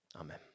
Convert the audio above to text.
Amen